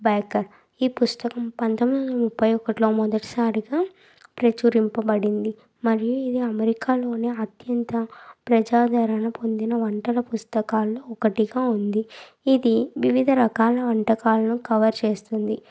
బెకర్ ఈ పుస్తకం పంతొమ్మిది వందల ముప్పై ఒకటిలో మొదటిసారిగా ప్రచురింపబడింది మరియు ఇది అమెరికాలోని అత్యంత ప్రజాదారణ పొందిన వంటల పుస్తకాల్లో ఒకటిగా ఉంది ఇది వివిధ రకాల వంటకాలను కవర్ చేస్తుంది